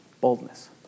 Boldness